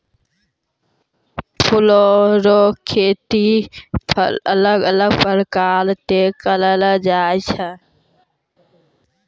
फूलो रो खेती अलग अलग प्रकार से करलो जाय छै